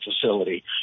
facility